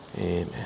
Amen